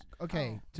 Okay